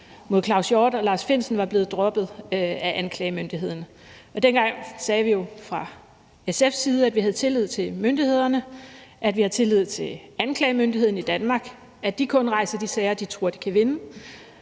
mod Claus Hjort Frederiksen og Lars Findsen var blevet droppet af anklagemyndigheden, og dengang sagde vi jo fra SF's side, at vi havde tillid til myndighederne, og at vi havde tillid til, at en anklagemyndighed i Danmark kun rejser de sager, som de tror at de kan vinde.